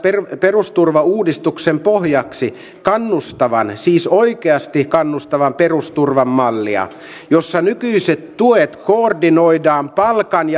perusturvauudistuksen pohjaksi kannustavan siis oikeasti kannustavan perusturvan mallia jossa nykyiset tuet koordinoidaan palkan